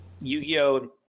Yu-Gi-Oh